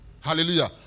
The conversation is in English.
Hallelujah